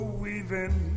weaving